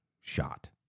shot